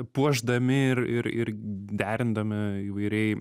puošdami ir ir ir derindami įvairiai